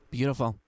Beautiful